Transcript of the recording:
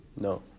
No